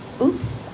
oops